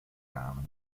kamen